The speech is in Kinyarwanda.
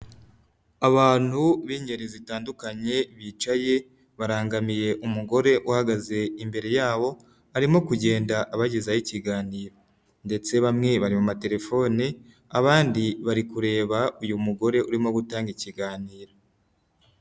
Abantu b'ingeri zitandukanye, bicaye barangamiye umugore uhagaze imbere yabo, arimo kugenda abagezaho ikiganiro, ndetse bamwe bari mu matelefone, abandi bari kureba uyu mugore urimo gutanga ikiganiro.